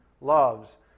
loves